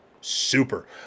Super